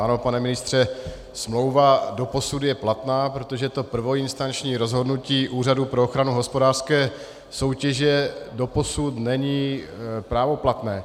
Ano, pane ministře, smlouva je doposud platná, protože prvoinstanční rozhodnutí Úřadu pro ochranu hospodářské soutěže doposud není právoplatné.